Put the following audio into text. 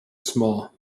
small